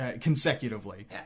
consecutively